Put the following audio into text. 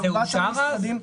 זה אושר אז?